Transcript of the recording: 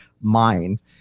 mind